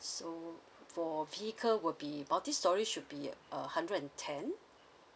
so for vehicle will be multistorey should be a hundred and ten